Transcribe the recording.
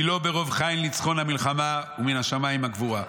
כי לא ברוב חיל ניצחון המלחמה ומן השמיים הגבורה.